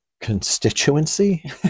constituency